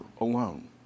alone